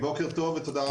בוקר טוב ותודה רבה.